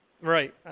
Right